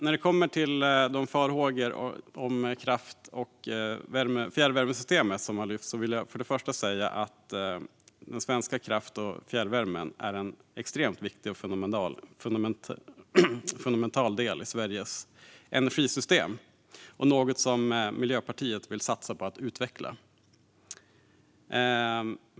När det kommer till de farhågor om kraft och fjärrvärmesystemet som lyfts fram vill jag först säga att den svenska kraft och fjärrvärmen är en extremt viktig och fundamental del i Sveriges energisystem och något som Miljöpartiet vill satsa på att utveckla.